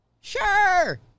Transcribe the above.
Sure